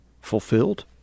fulfilled